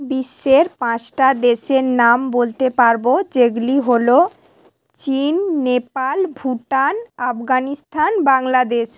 বিশ্বের পাঁচটা দেশের নাম বলতে পারব যেগুলি হল চিন নেপাল ভুটান আফগানিস্তান বাংলাদেশ